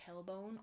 tailbone